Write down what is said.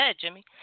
Jimmy